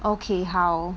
okay 好